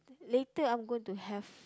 later I'm going to have